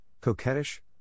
coquettish